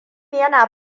yana